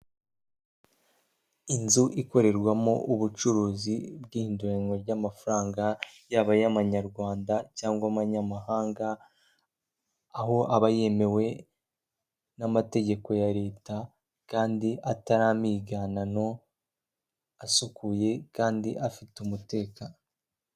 Inzu ikorerwamo ubucuruzi bw'ihinduranwa ry'amafaranga, yaba ay'amanyarwanda cyangwa ay'amanyamahanga, aho aba yemewe n'amategeko ya leta kandi atari amiganano, asukuye kandi afite umutekano.